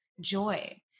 joy